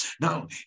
Now